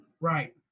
Right